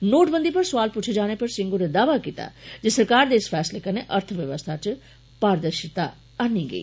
नोटबंदी पर सोआल पुच्छे जाने पर सिंह होरें दावा कीता जे सरकार दे इस फैसले कन्नै अर्थ व्यवस्था च पारदर्शिता आनी गेई